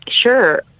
Sure